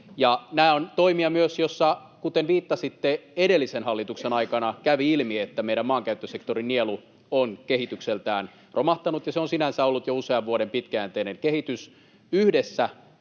Nämä ovat myös toimia, joissa, kuten viittasitte, edellisen hallituksen aikana kävi ilmi, että meidän maankäyttösektorin nielu on kehitykseltään romahtanut, ja se on sinänsä ollut jo usean vuoden pitkäjänteinen kehitys.